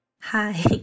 Hi